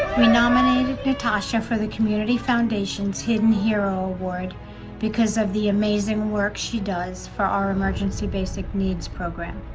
we nominated natasha for the community foundation's hidden hero award because of the amazing work she does for our emergency basic needs program.